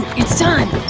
it's time!